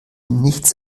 nichts